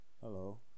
Hello